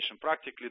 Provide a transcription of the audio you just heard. practically